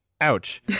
ouch